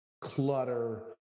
clutter